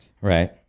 Right